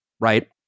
right